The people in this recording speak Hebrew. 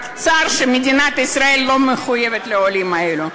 רק צר לי שמדינת ישראל לא מחויבת לעולים האלה.